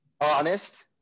honest